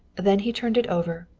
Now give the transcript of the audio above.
then he turned it over,